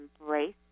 embrace